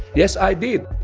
yes i did.